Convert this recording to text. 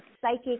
psychic